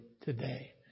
today